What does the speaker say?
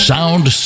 Sound